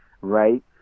Right